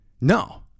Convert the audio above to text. No